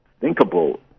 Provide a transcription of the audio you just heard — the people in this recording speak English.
thinkable